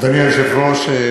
אדוני היושב-ראש,